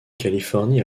californie